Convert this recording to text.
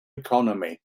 economy